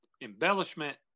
embellishment